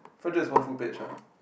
for this one full page ah